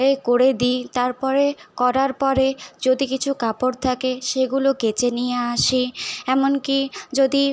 এ করে দিই তারপরে করার পরে যদি কিছু কাপড় থাকে সেগুলো কেচে নিয়ে আসি এমনকি যদি